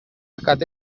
kate